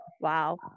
Wow